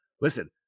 listen